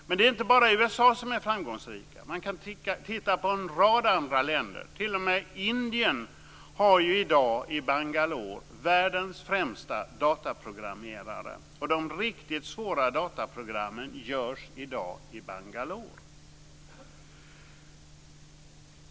Men det är inte bara USA som är framgångsrika. Man kan titta på en rad andra länder. T.o.m. Indien har ju i dag i Bangalor världens främsta dataprogrammerare. De riktigt svåra dataprogrammen görs i dag i Bangalor.